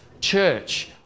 church